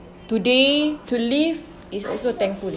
today to live is also thankful